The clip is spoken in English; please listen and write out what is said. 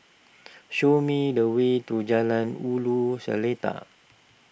show me the way to Jalan Ulu Seletar